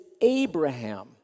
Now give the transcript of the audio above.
Abraham